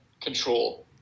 control